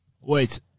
Wait